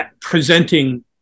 presenting